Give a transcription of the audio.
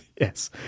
Yes